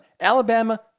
Alabama